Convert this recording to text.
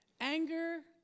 Anger